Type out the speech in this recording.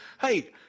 Hey